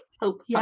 Hope